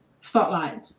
Spotlight